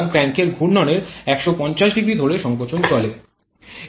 সুতরাং ক্র্যাঙ্কের ঘূর্ণনের ১৫০০ ধরে সংকোচন চলে